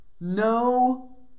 No